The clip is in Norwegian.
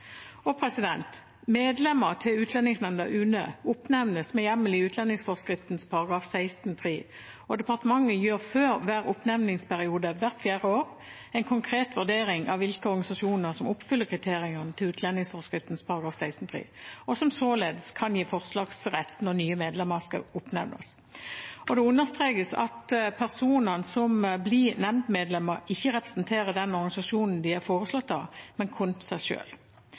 det nå. Medlemmer til Utlendingsnemnda, UNE, oppnevnes med hjemmel i utlendingsforskriften § 16-3, og departementet gjør før hver oppnevningsperiode hvert fjerde år en konkret vurdering av hvilke organisasjoner som oppfyller kriteriene til utlendingsforskriften § 16-3, og som således kan gi forslagsrett når nye medlemmer skal oppnevnes. Det understrekes at personene som blir nemndmedlemmer, ikke representerer den organisasjonen de er foreslått av, men kun seg